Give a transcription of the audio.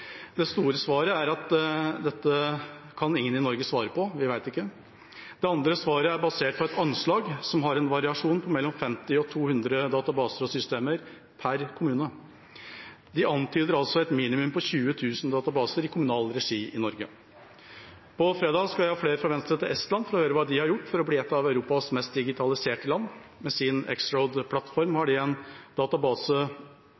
Det store svaret er at dette kan ingen i Norge svare på, vi vet ikke. Det andre svaret er basert på et anslag med en variasjon på mellom 50 og 200 databaser og systemer pr. kommune. De antyder altså et minimum på 20 000 databaser i kommunal regi i Norge. På fredag skal jeg og flere fra Venstre til Estland for å høre hva de har gjort for å bli et av Europas mest digitaliserte land. Med sin